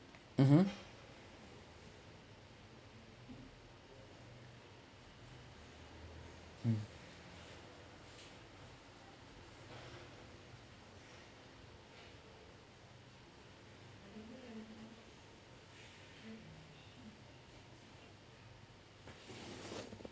mmhmm mm